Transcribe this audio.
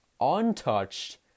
untouched